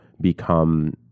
become